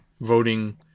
voting